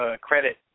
credit